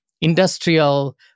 industrial